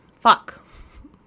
fuck